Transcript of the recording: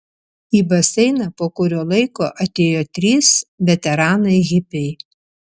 į baseiną po kurio laiko atėjo trys veteranai hipiai